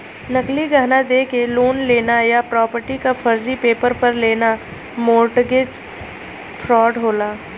नकली गहना देके लोन लेना या प्रॉपर्टी क फर्जी पेपर पर लेना मोर्टगेज फ्रॉड होला